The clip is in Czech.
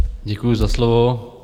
Děkuji za slovo.